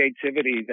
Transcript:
creativity